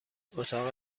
اتاق